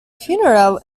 funeral